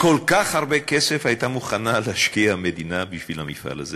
כל כך הרבה כסף הייתה מוכנה המדינה להשקיע בשביל המפעל הזה.